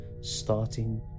starting